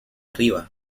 arriba